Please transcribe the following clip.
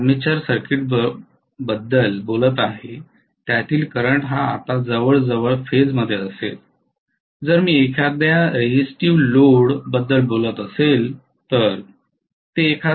मी ज्या आर्मेचर सर्किटबद्दल बोलत आहे त्यातील करंट हा आता जवळजवळ फेज मध्ये असेल जर मी एखाद्या रेझीस्टिवं लोड बद्दल बोलत असेल तर